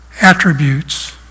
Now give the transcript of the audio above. attributes